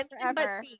forever